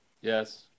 Yes